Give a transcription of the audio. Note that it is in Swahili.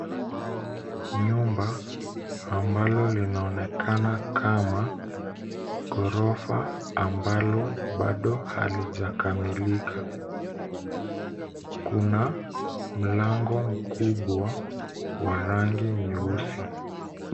Nyumba ambalo linaonekana kama ghorofa ambalo bado halijakamilika. Kuna mlango mkubwa wa rangi nyeusi.